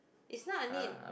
it's not a need